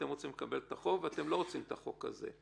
אתם רוצים לקבל את החוב ואתם לא רוצים את החוק הזה.